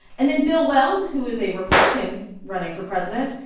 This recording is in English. and then bill weld, who is a republican running for president,